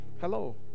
Hello